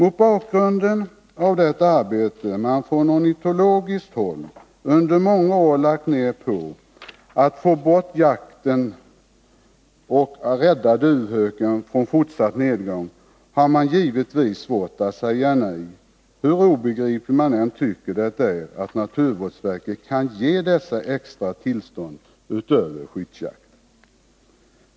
Mot bakgrunden av det arbete man från ornitologiskt håll under många år lagt ner på att få bort jakten och rädda duvhöken från fortsatt nedgång har man givetvis svårt att säga nej, hur obegripligt man än tycker det är att naturvårdsverket kan ge dessa extra tillstånd utöver skyddsjakten.